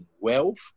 wealth